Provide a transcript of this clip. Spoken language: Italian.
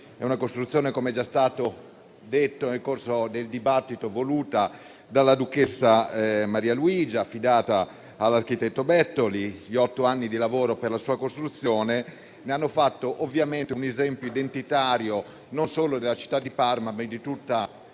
È una costruzione, com'è già stato detto nel corso del dibattito, voluta dalla duchessa Maria Luigia, affidata all'architetto Bettoli. Gli otto anni di lavoro per la sua realizzazione ne hanno fatto un esempio identitario, non solo della città di Parma, ma di tutta